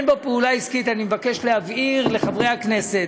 אין בו פעולה עסקית, אני מבקש להבהיר לחברי הכנסת,